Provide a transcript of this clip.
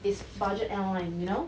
is budget airline you know